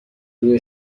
روح